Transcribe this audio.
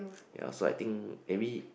ya so I think maybe